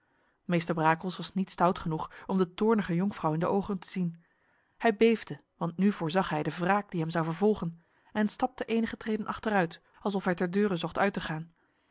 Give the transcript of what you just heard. meester brakels was niet stout genoeg om de toornige jonkvrouw in de ogen te zien hij beefde want nu voorzag hij de wraak die hem zou vervolgen en stapte enige treden achteruit alsof hij ter deure zocht uit te gaan